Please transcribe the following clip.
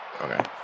Okay